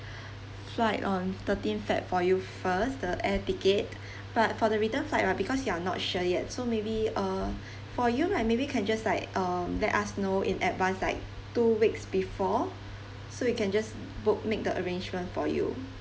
flight on thirteen feb for you first the air ticket but for the return flight right because you're not sure yet so maybe uh for you right maybe you can just like um let us know in advance like two weeks before so we can just book make the arrangement for you